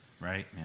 Right